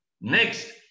Next